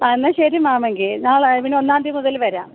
ആ എന്നാൽ ശരി മേം എങ്കിൽ നാളെ പിന്നെ ഒന്നാം തിയ്യതി മുതൽ വരാം